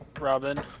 Robin